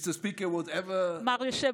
(אומר דברים בשפה